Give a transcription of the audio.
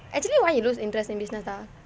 actually why you lose interest in business ah